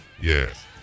Yes